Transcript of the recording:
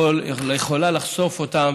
זה יכול לחשוף אותם